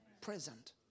present